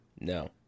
No